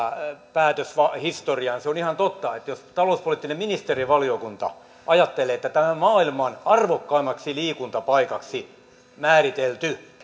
päätöshistoriaan se on ihan totta että jos talouspoliittinen ministerivaliokunta ajattelee että maailman arvokkaimmaksi liikuntapaikaksi määritelty